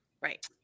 Right